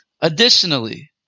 Additionally